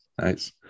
Nice